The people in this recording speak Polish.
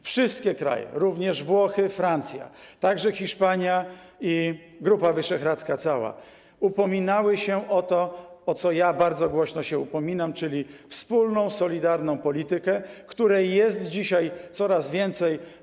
Wszystkie kraje, również Włochy, Francja, także Hiszpania czy cała Grupa Wyszehradzka, upominały się o to, o co ja bardzo głośno się upominam, czyli o wspólną, solidarną politykę, której jest dzisiaj coraz więcej.